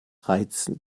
reizen